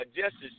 Justice